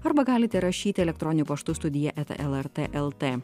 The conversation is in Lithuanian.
arba galite rašyti elektroniniu paštu studija eta lrt lt